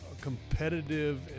competitive